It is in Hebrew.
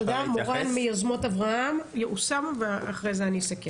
מורן, מיוזמות אברהם, אוסאמה ואחרי כן אני אסכם.